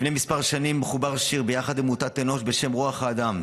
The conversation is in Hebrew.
לפני כמה שנים חובר שיר ביחד עם עמותת אנוש בשם "רוח האדם":